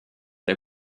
der